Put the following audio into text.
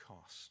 cost